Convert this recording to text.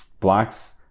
blocks